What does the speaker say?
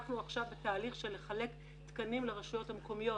אנחנו עכשיו בתהליך של חלוקת תקנים לרשויות המקומיות